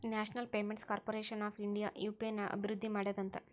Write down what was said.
national payments corporation of India UPI ನ ಅಭಿವೃದ್ಧಿ ಮಾಡ್ಯಾದಂತ